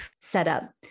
setup